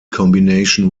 combination